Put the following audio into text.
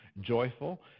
joyful